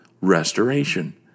restoration